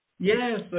Yes